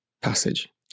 passage